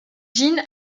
jin